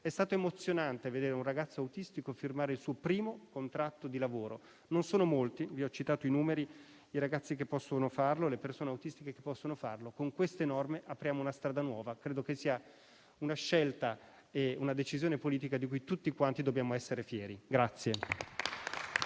È stato emozionante vedere un ragazzo autistico firmare il suo primo contratto di lavoro. Non sono molti - vi ho citato i numeri - i ragazzi, le persone autistiche che possono farlo; con queste norme apriamo una strada nuova. Credo che sia una scelta, una decisione politica di cui tutti quanti dobbiamo essere fieri.